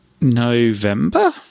November